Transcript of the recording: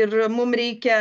ir mum reikia